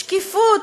שקיפות.